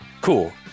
Cool